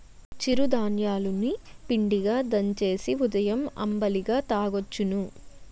చిరు ధాన్యాలు ని పిండిగా దంచేసి ఉదయం అంబలిగా తాగొచ్చును